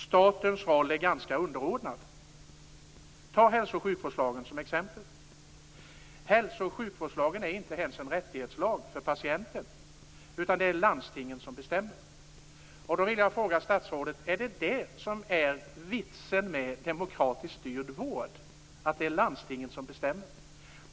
Statens roll är ganska underordnad. Ta hälso och sjukvårdslagen som exempel: Den är inte en rättighetslag för patienten, utan det är landstingen som bestämmer. Jag vill fråga statsrådet: Är vitsen med demokratiskt styrd vård att landstingen bestämmer?